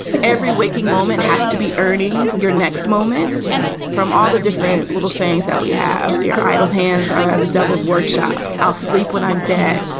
every waking moment has to be earning your next moments. yeah, from all the different little sayings that we have. your idle hands are the devil's workshop. i'll sleep when i'm dead.